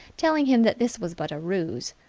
telling him that this was but a ruse.